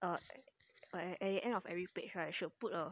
err like at at the end of every paper she will put a